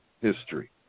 history